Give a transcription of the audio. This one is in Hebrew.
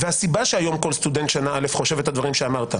והסיבה לכך שהיום כל סטודנט שנה א' חושב את הדברים שאמרת,